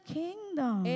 kingdom